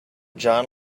john